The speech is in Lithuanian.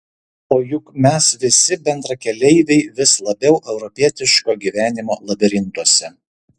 o juk mes visi bendrakeleiviai vis labiau europietiško gyvenimo labirintuose